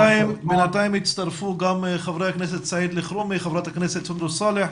בינתיים הצטרפו גם חברי הכנסת סעיד אלחרומי וחברת הכנסת סונדוס סאלח.